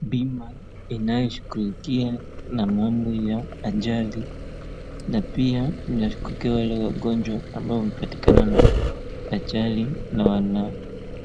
Bima inayoshughulikia na mambo ya ajali na pia inashughulikia wale wagonjwa ambao wamepatikana na ajali na